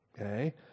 Okay